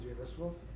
vegetables